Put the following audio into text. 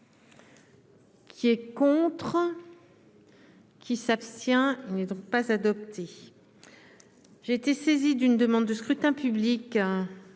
Qui est contre. Qui s'abstient n'est donc pas adoptée, j'ai été saisi d'une demande de scrutin public